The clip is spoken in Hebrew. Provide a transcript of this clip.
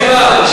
יושב-ראש הישיבה.